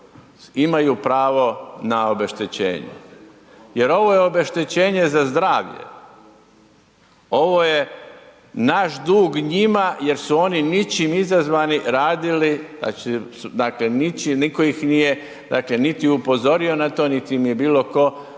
imaju pravo na obeštećenje, jer ovo je obeštećenje za zdravlje, ovo je naš dug njima jer su oni ničim izazvani radili, dakle nitko ih nije, dakle niti upozorio na to, niti im je bilo tko